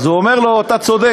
אז הוא אומר לו: אתה צודק,